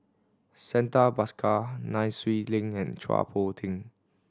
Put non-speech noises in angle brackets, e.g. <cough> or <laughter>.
Santha Bhaskar Nai Swee Leng and Chua Poh <unintelligible>